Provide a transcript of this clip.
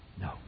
No